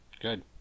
good